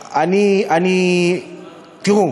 תראו,